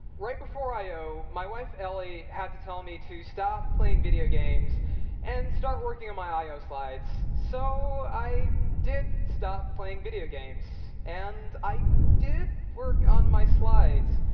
right before i o, my wife ellie had to tell me to stop playing video games and start working on my i o slides. so i did stop playing video games and i did work on my slides.